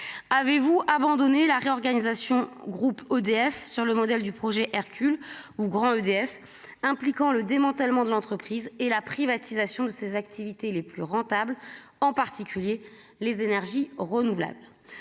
avez-vous abandonné la réorganisation groupe EDF sur le modèle du projet Hercule ou grand EDF impliquant le démantèlement de l'entreprise et la privatisation de ses activités les plus rentables, en particulier les énergies renouvelables,